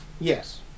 Yes